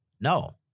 No